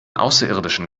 außerirdischen